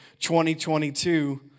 2022